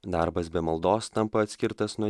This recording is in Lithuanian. darbas be maldos tampa atskirtas nuo